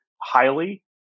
highly